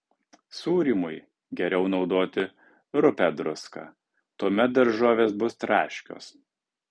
sūrymui geriau naudoti rupią druską tuomet daržovės bus traškios